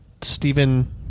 Stephen